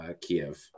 Kiev